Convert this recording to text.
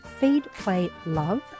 feedplaylove